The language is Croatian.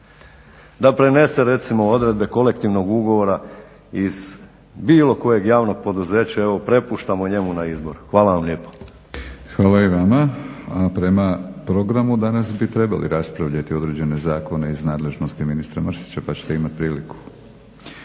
da prenese recimo odredbe kolektivnog ureda iz bilo kojeg javnog poduzeća evo prepuštamo njemu na izbor. Hvala vam lijepo. **Batinić, Milorad (HNS)** Hvala i vama. Prema programu danas bi trebalo raspravljati određene zakone iz nadležnosti ministra Mrsića pa ćete imati priliku.